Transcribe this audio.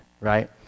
right